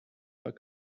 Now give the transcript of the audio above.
pas